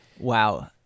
Wow